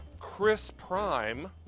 chris prime,